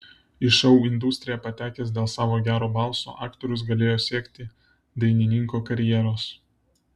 į šou industriją patekęs dėl savo gero balso aktorius galėjo siekti dainininko karjeros